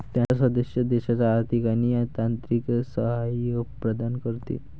त्याच्या सदस्य देशांना आर्थिक आणि तांत्रिक सहाय्य प्रदान करते